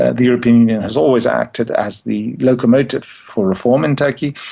and the european union has always acted as the locomotive for reform in turkey.